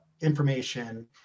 information